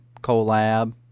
collab